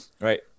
right